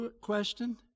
question